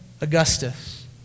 Augustus